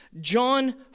John